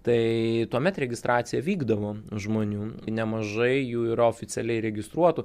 tai tuomet registracija vykdoma žmonių nemažai jų yra oficialiai registruotų